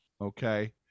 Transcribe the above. Okay